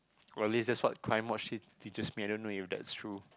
or at least that's what crime watch did teaches me I don't even know if that's true